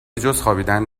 جزخوابیدن